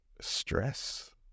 Stress